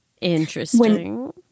Interesting